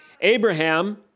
Abraham